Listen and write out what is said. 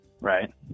right